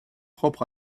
propre